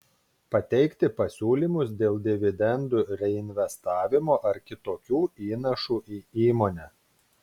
pateikti pasiūlymus dėl dividendų reinvestavimo ar kitokių įnašų į įmonę